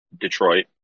Detroit